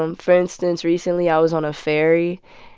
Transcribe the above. um for instance, recently, i was on a ferry,